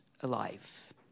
alive